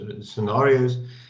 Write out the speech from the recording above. scenarios